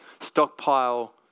stockpile